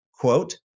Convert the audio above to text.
quote